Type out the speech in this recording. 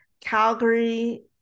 calgary